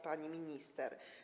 Pani Minister!